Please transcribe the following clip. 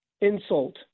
insult